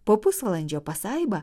po pusvalandžio pasaiba